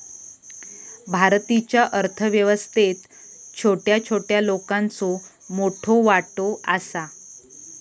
भारतीच्या अर्थ व्यवस्थेत छोट्या छोट्या लोकांचो मोठो वाटो आसा